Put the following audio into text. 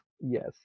Yes